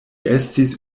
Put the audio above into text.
estis